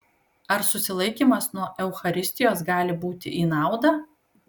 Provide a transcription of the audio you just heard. ar susilaikymas nuo eucharistijos gali būti į naudą